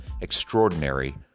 extraordinary